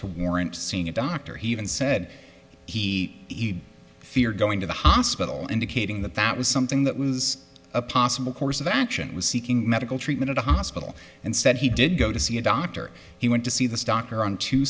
to warrant seeing a doctor he even said he feared going to the hospital indicating that that was something that was a possible course of action was seeking medical treatment at a hospital and said he did go to see a doctor he went to see this doctor on two